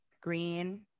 green